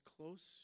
close